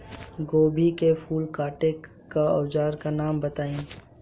गोभी के फूल काटे के औज़ार के नाम बताई?